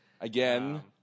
Again